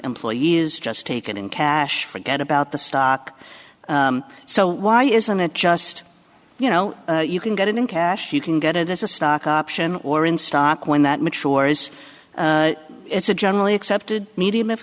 employee is just taken in cash forget about the stock so why isn't it just you know you can get it in cash you can get it as a stock option or in stock when that matures it's a generally accepted medium